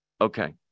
Okay